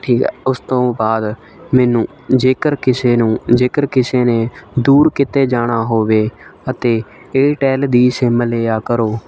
ਠੀਕ ਹੈ ਉਸ ਤੋਂ ਬਾਅਦ ਮੈਨੂੰ ਜੇਕਰ ਕਿਸੇ ਨੂੰ ਜੇਕਰ ਕਿਸੇ ਨੇ ਦੂਰ ਕਿਤੇ ਜਾਣਾ ਹੋਵੇ ਅਤੇ ਏਅਰਟੈਲ ਦੀ ਸਿੰਮ ਲਿਆ ਕਰੋ